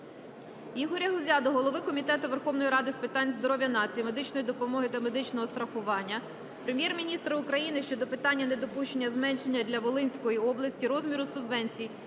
Ігоря Гузя до голови Комітету Верховної Ради України з питань здоров'я нації, медичної допомоги та медичного страхування, Прем'єр-міністра України щодо питання недопущення зменшення для Волинської області розміру субвенції